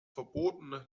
verboten